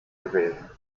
gewählt